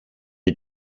ihr